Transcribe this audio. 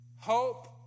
Hope